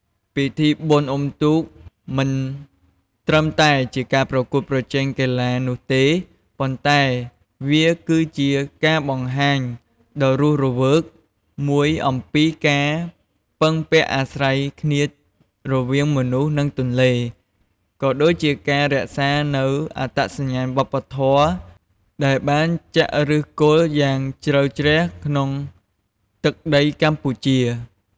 ពិធីបុណ្យអុំទូកមិនត្រឹមតែជាការប្រកួតប្រជែងកីឡានោះទេ ប៉ុន្តែវាគឺជាការបង្ហាញដ៏រស់រវើកមួយអំពីការពឹងពាក់អាស្រ័យគ្នារវាងមនុស្សនិងទន្លេ ក៏ដូចជាការរក្សានូវអត្តសញ្ញាណវប្បធម៌ ដែលបានចាក់ឫសគល់យ៉ាងជ្រៅជ្រះក្នុងទឹកដីកម្ពុជា។